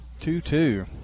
Two-two